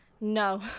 No